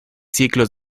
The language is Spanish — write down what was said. ciclos